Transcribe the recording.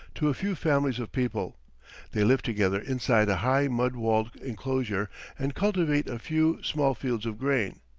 to a few families of people they live together inside a high mud-walled enclosure and cultivate a few small fields of grain.